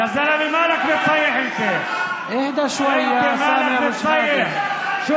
יא זלמה, שוואיה, סמי אבו שחאדה.